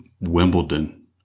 Wimbledon